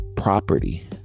property